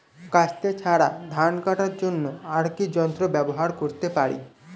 কাস্তে ছাড়া ধান কাটার জন্য আর কি যন্ত্র ব্যবহার করতে পারি?